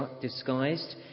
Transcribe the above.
Disguised